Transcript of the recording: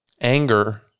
Anger